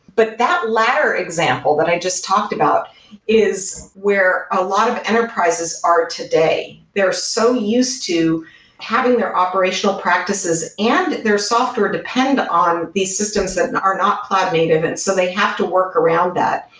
but that later example that i just talked about is where a lot of enterprises are today. they're so used to having their operational practices and their software depend on these systems that and are not cloud native. and so they have to work around that.